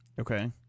Okay